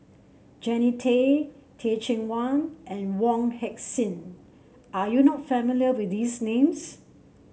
Jannie Tay Teh Cheang Wan and Wong Heck Sing are you not familiar with these names